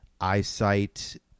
eyesight